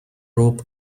rope